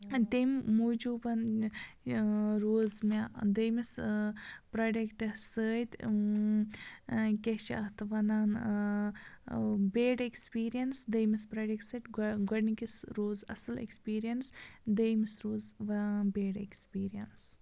تَمہِ موٗجوٗبَن روٗز مےٚ دٔیمِس پرٛوڈَکٹَس سۭتۍ کیٛاہ چھِ اَتھ وَنان بیڈ اٮ۪کٕسپیٖریَنٕس دٔیمِس پرٛوڈَکٹ سۭتۍ گۄ گۄڈنِکِس روٗز اَصٕل اٮ۪کٕسپیٖریَنٕس دٔیمِس روٗز بیڈ اٮ۪کٕسپیٖریَنٕس